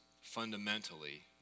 fundamentally